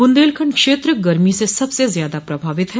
बुन्देलखंड क्षेत्र गर्मी से सबसे ज़्यादा प्रभावित है